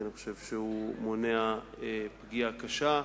כי אני חושב שהוא מונע פגיעה קשה.